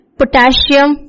potassium